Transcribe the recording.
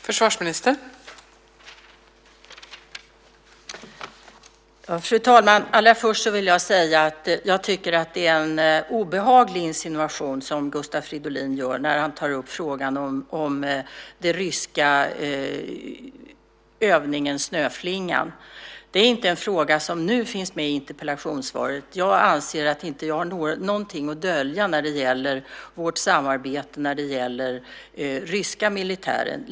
Fru talman! Allra först vill jag säga att jag tycker att det är en obehaglig insinuation som Gustav Fridolin gör när han tar upp frågan om den ryska övningen Snöflingan. Det är inte en fråga som finns med i interpellationssvaret. Jag anser att jag inte har någonting att dölja när det gäller vårt samarbete med ryska militärer.